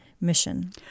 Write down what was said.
mission